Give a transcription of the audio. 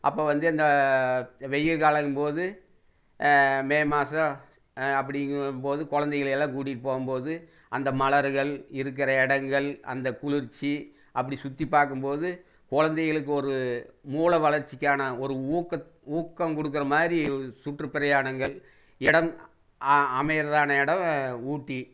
அப்போ வந்து இந்த வெயில் காலங்கும்போது மே மாதம் அப்படிங்கும்போது குழந்தைகளை எல்லாம் கூட்டிகிட்டு போகும்போது அந்த மலர்கள் இருக்கிற இடங்கள் அந்த குளிர்ச்சி அப்படி சுற்றிப் பார்க்கும்போது குழந்தைகளுக்கு ஒரு மூளை வளர்ச்சிக்கான ஒரு ஊக்கத் ஊக்கம் கொடுக்கற மாதிரி சுற்றுப் பிரயாணங்கள் இடம் அமைகிறதான இடம் ஊட்டி